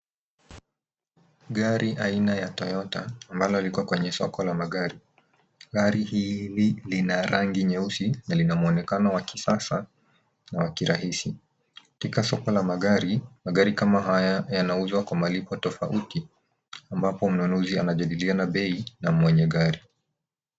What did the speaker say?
Gari aina ya Toyota ambalo liko kwenye soko la magari. Gari hili lina rangi nyeusi na Lina mwonekano wa kisasa na wa kirahisi. Katika soko la magari, magari kama haya ynsuzwa kwa malipo tofauti ambapo mnunuzi anajjadiliana bei na mwenye gari.